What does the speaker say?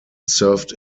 served